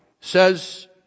says